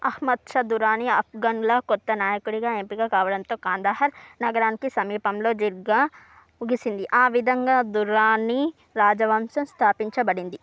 అహ్మద్ షా దురానీ ఆఫ్ఘన్ల కొత్త నాయకుడిగా ఎంపిక కావడంతో కాందహార్ నగరానికి సమీపంలో జిర్గా ముగిసింది ఆ విధంగా దుర్రానీ రాజవంశం స్థాపించబడింది